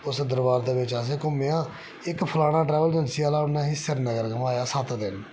उस दरबार दे बिच असें घुम्मेआ इक फलाना ट्रैवल एजेंसी आह्ला उन्नै असेंगी श्रीनगर घुमाया सत्त दिन